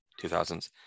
2000s